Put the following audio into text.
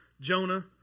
Jonah